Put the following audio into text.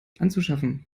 anzuschaffen